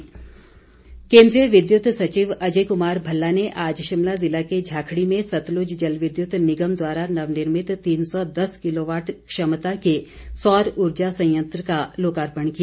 SJVNL के द्रीय विद्युत सचिव अजय कुमार भल्ला ने आज शिमला जिला के झाकड़ी में सतलुज जलविद्युत निगम द्वारा नवनिर्भित तीन सौ दस किलोवाट क्षमता के सौर उर्जा संयंत्र का लोकार्पण किया